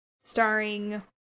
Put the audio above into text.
starring